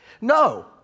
No